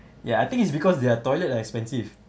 ya I think it's because their toilet are expensive